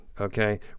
okay